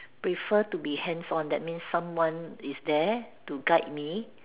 prefer to be hands on that means someone is there to guide me